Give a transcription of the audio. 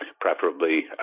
Preferably